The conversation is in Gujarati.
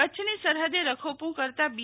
કચછની સરહદે રખોપું કરતા બી